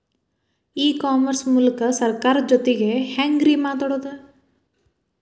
E commerce ಮೂಲಕ ಸರ್ಕಾರದ ಜೊತಿಗೆ ಹ್ಯಾಂಗ್ ರೇ ಮಾತಾಡೋದು?